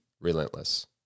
relentless